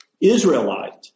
Israelite